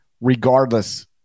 regardless